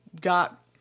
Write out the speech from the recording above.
got